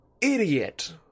idiot